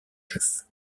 chef